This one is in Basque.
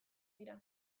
dira